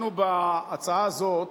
אנחנו בהצעה הזאת,